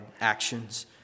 actions